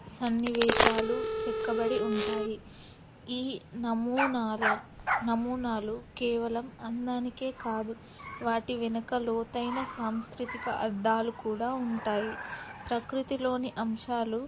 సన్నివేశాలు చెక్కబడి ఉంటాయి ఈ నమూనాల నమూనాలు కేవలం అందానికే కాదు వాటి వెనుక లోతైన సాంస్కృతిక అర్థాలు కూడా ఉంటాయి ప్రకృతిలోని అంశాలు